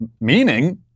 meaning